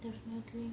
definitely